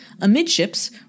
Amidships